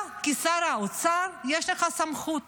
אתה, כשר האוצר, יש לך סמכות